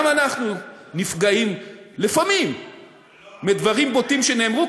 גם אנחנו נפגעים לפעמים מדברים בוטים שנאמרו,